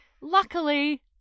Luckily